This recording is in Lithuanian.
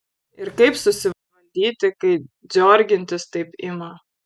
ir kaip susivaldyti kai dziorgintis taip ima